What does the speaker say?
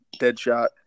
Deadshot